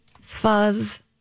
fuzz